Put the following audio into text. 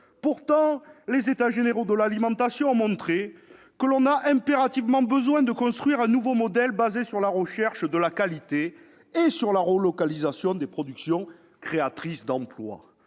Pourtant les États généraux de l'alimentation ont montré que l'on a impérativement besoin de construire un nouveau modèle fondé sur la recherche de la qualité et sur la relocalisation de productions créatrices d'emploi.